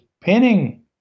pinning